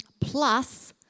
Plus